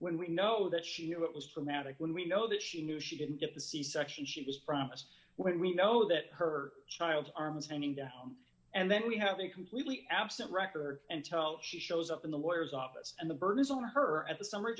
when we know that she knew it was traumatic when we know that she knew she didn't get the c section she was promised when we know that her child's arms hanging to him and then we have a completely absent record and tell she shows up in the lawyers office and the burden is on her at the summary